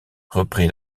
reprit